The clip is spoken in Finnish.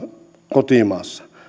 kotimaassa